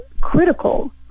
critical